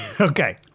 Okay